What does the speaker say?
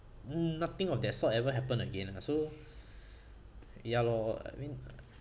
nothing of that sort ever happen again ah so ya lor I mean